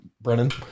Brennan